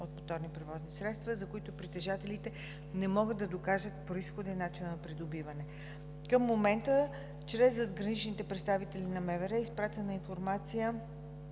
от моторни превозни средства, за които притежателите не могат да докажат произхода и начина на придобиване. Към момента чрез задграничните представители, на МВР е изпратена информация